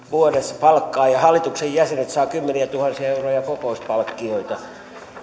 vuodessa palkkaa ja ja hallituksen jäsenet saavat kymmeniätuhansia euroja kokouspalkkioita